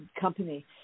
company